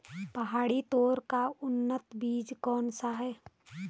पहाड़ी तोर का उन्नत बीज कौन सा है?